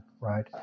Right